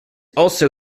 also